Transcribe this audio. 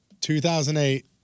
2008